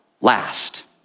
last